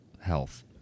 health